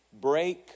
Break